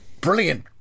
brilliant